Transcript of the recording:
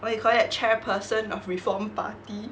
what you call that chairperson of reform party